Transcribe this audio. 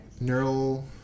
neural